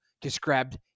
described